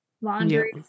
laundry